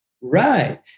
Right